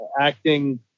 acting